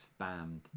spammed